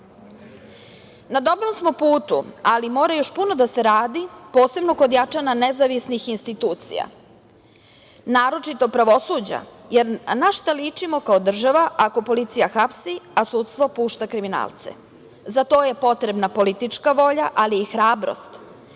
dobrom smo putu, ali mora još puno da se radi, posebno kod jačanja nezavisnih institucija, naročito pravosuđa, jer na šta ličimo kao država ako policija hapsi, a sudstvo pušta kriminalce? Za to je potrebna politička volja, ali i hrabrost,